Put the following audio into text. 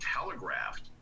telegraphed